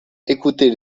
écoutez